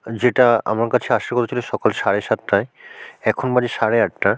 যেটা আমার কাছে আসবে বলেছিল সকাল সাড়ে সাতটায় এখন বাজে সাড়ে আটটা